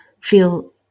feel